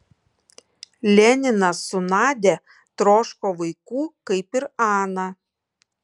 leninas su nadia troško vaikų kaip ir ana